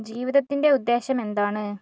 ജീവിതത്തിൻ്റെ ഉദ്ദേശം എന്താണ്